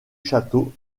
château